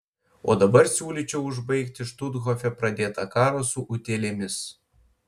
o dabar siūlyčiau užbaigti štuthofe pradėtą karą su utėlėmis